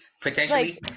potentially